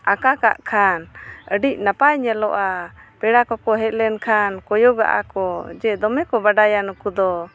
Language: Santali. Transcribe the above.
ᱟᱠᱟ ᱠᱟᱜ ᱠᱷᱟᱱ ᱟᱹᱰᱤ ᱱᱟᱯᱟᱭ ᱧᱮᱞᱚᱜᱼᱟ ᱯᱮᱲᱟ ᱠᱚ ᱠᱚ ᱦᱮᱡ ᱞᱮᱱᱠᱷᱟᱱ ᱠᱚᱭᱚᱜᱟᱜᱼᱟᱠᱚ ᱡᱮ ᱫᱚᱢᱮ ᱠᱚ ᱵᱟᱰᱟᱭᱟ ᱱᱩᱠᱩ ᱫᱚ